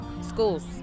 schools